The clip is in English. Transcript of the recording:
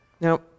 Now